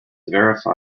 verify